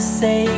say